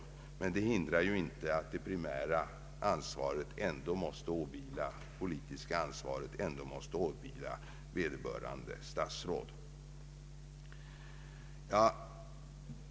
Men det hindrar inte att det politiska ansvaret ändå måste åvila vederbörande statsråd.